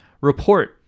Report